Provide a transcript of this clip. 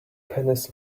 pennies